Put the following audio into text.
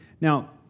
Now